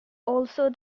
also